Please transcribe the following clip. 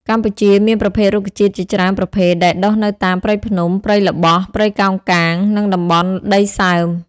កម្ពុជាមានប្រភេទរុក្ខជាតិជាច្រើនប្រភេទដែលដុះនៅតាមព្រៃភ្នំ ព្រៃល្បោះ ព្រៃកោងកាង និងតំបន់ដីសើម។